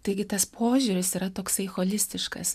taigi tas požiūris yra toksai holistiškas